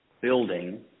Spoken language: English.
building